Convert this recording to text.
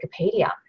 Wikipedia